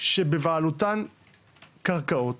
שבבעלותן קרקעות